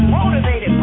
Motivated